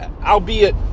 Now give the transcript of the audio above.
albeit